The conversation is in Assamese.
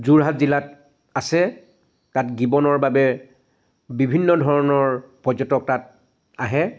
যোৰহাট জিলাত আছে তাত গিবনৰ বাবে বিভিন্ন ধৰণৰ পৰ্যটক তাত আহে